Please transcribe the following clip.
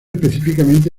específicamente